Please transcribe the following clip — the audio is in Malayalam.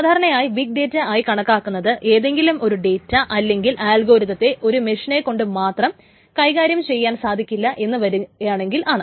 സാധാരണയായി ബിഗ് ഡേറ്റ ആയി കണക്കാക്കുന്നത് ഏതെങ്കിലുമൊരു ഡേറ്റ അല്ലെങ്കിൽ അൽഗോരിതത്തെ ഒരു മെഷിനെ കൊണ്ട് മാത്രം കൈകാര്യം ചെയ്യാൻ സാധിക്കില്ല എന്ന് വരികയാണെങ്കിൽ ആണ്